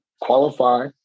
qualify